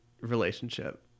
relationship